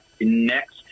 next